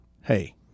hey